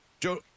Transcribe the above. Joe